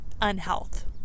unhealth